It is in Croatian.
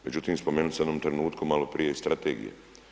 Međutim, spomenuli ste u jednom trenutku maloprije strategije.